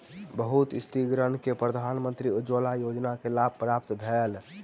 बहुत स्त्रीगण के प्रधानमंत्री उज्ज्वला योजना के लाभ प्राप्त भेल